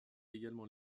également